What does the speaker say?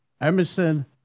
Emerson